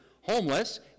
homeless